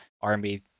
army